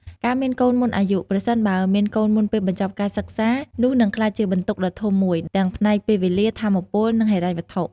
ការមានកូនមុនអាយុ ប្រសិនបើមានកូនមុនពេលបញ្ចប់ការសិក្សា នោះនឹងក្លាយជាបន្ទុកដ៏ធំមួយ ទាំងផ្នែកពេលវេលា ថាមពល និងហិរញ្ញវត្ថុ។